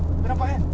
kau nampak kan